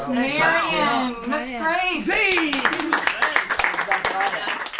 i